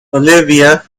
olivia